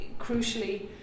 crucially